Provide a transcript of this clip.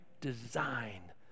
design